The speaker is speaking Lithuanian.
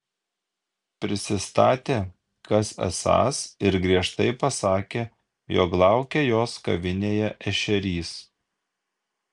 prisistatė kas esąs ir griežtai pasakė jog laukia jos kavinėje ešerys